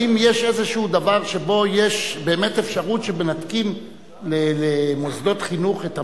האם יש איזה דבר שבו יש באמת אפשרות שמנתקים למוסדות חינוך את המים?